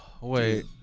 Wait